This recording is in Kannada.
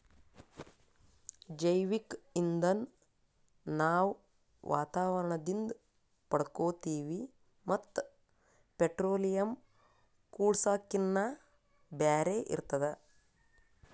ಜೈವಿಕ್ ಇಂಧನ್ ನಾವ್ ವಾತಾವರಣದಿಂದ್ ಪಡ್ಕೋತೀವಿ ಮತ್ತ್ ಪೆಟ್ರೋಲಿಯಂ, ಕೂಳ್ಸಾಕಿನ್ನಾ ಬ್ಯಾರೆ ಇರ್ತದ